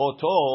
Oto